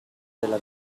della